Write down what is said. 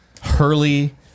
Hurley